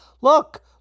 Look